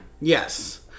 Yes